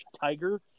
tiger